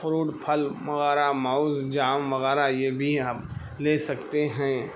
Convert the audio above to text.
fruit پھل وغیرہ ماؤز جام وغیرہ یہ بھی آپ لے سکتے ہیں